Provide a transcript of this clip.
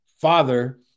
father